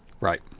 Right